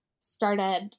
started